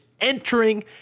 entering